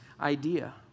idea